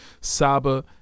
Saba